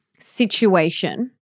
Situation